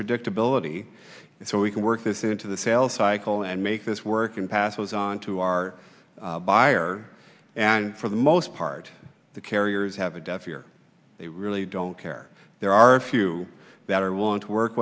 predictability so we can work this into the sales cycle and make this work and pass those on to our buyer and for the most part the carriers have a deaf ear they really don't care there are a few that are willing to work